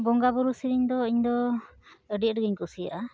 ᱵᱚᱸᱜᱟ ᱵᱩᱨᱩ ᱥᱤᱨᱤᱧᱫᱚ ᱤᱧᱫᱚ ᱟᱹᱰᱤᱼᱟᱸᱴᱜᱮᱧ ᱠᱩᱥᱤᱭᱟᱜᱼᱟ